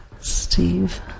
Steve